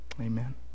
Amen